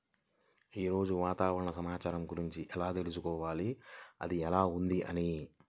ఈరోజు వాతావరణ సమాచారం గురించి ఎలా తెలుసుకోవాలి అది ఎలా ఉంది అని?